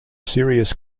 serious